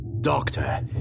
Doctor